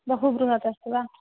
बहु बृहत् अस्ति वा